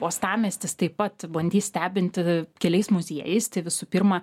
uostamiestis taip pat bandys stebinti keliais muziejais tai visų pirma